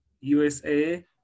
USA